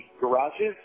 garages